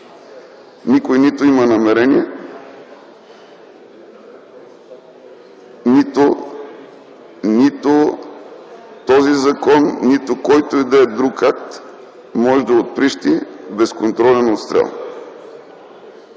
Никой, нито има намерение – нито този закон, нито който и да е друг акт, може да отприщи безконтролен отстрел.